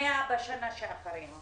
ו-100 בשנה שאחריה.